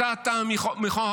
הצעה מטעם הוועדה?